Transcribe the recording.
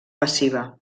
passiva